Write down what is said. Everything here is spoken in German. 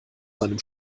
seinem